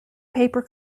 paper